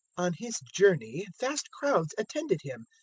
on his journey vast crowds attended him,